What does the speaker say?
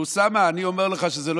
אוסאמה, אני אומר לך שזה לא